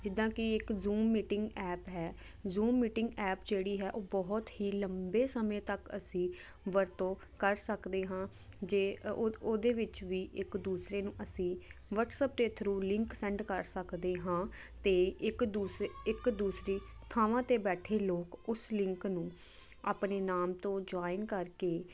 ਜਿੱਦਾਂ ਕਿ ਇੱਕ ਜੂਮ ਮੀਟਿੰਗ ਐਪ ਹੈ ਜੂਮ ਮੀਟਿੰਗ ਐਪ ਜਿਹੜੀ ਹੈ ਉਹ ਬਹੁਤ ਹੀ ਲੰਬੇ ਸਮੇਂ ਤੱਕ ਅਸੀਂ ਵਰਤੋਂ ਕਰ ਸਕਦੇ ਹਾਂ ਜੇ ਉਹਦੇ ਵਿੱਚ ਵੀ ਇੱਕ ਦੂਸਰੇ ਨੂੰ ਅਸੀਂ ਵਟਸਐਪ ਦੇ ਥਰੂ ਲਿੰਕ ਸੈਂਡ ਕਰ ਸਕਦੇ ਹਾਂ ਅਤੇ ਇੱਕ ਦੂਸਰੇ ਇੱਕ ਦੂਸਰੀ ਥਾਵਾਂ 'ਤੇ ਬੈਠੇ ਲੋਕ ਉਸ ਲਿੰਕ ਨੂੰ ਆਪਣੇ ਨਾਮ ਤੋਂ ਜੁਆਇਨ ਕਰਕੇ